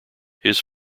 his